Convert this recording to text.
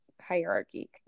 hierarchy